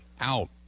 out